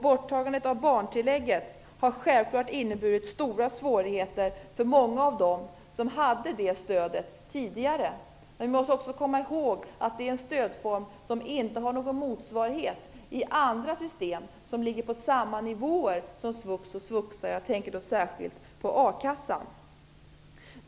Borttagandet av barntillägget har självklart inneburit stora svårigheter för många av dem som hade det stödet tidigare. Men vi måste också komma ihåg att det är en stödform som inte har någon motsvarighet i andra system som ligger på samma nivå som svux och svuxa. Jag tänker särskilt på a-kassan.